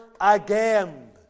again